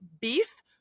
Beef